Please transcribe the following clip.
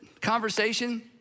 conversation